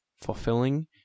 fulfilling